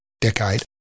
decade